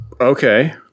Okay